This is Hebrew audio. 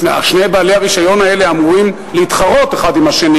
שני בעלי הרשיון האלה אמורים להתחרות האחד עם השני.